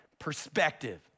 perspective